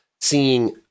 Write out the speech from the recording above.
seeing